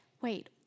Wait